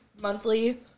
monthly